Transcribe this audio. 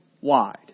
wide